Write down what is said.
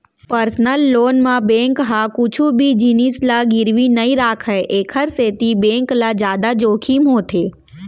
personal loan म bank ह कुछु भी जिनिस ल गिरवी नइ राखय एखर सेती बेंक ल जादा जोखिम होथे